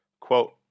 Quote